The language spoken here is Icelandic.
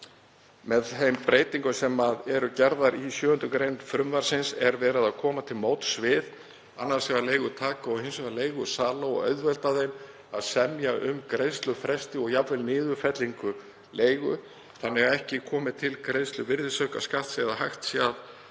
Með þeim breytingum sem eru gerðar í 7. gr. frumvarpsins er verið að koma til móts við annars vegar leigutaka og hins vegar leigusala og auðvelda þeim að semja um greiðslufresti og jafnvel niðurfellingu leigu þannig að ekki komi til greiðslu virðisaukaskatts eða hægt sé